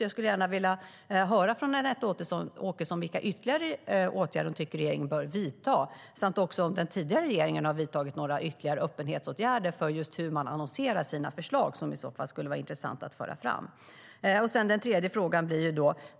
Jag skulle gärna vilja höra från Anette Åkesson vilka ytterligare åtgärder hon tycker att regeringen bör vidta samt om den tidigare regeringen har vidtagit några ytterligare öppenhetsåtgärder för just hur man annonserar sina förslag som i så fall skulle vara intressanta att föra fram. Så till den tredje frågan.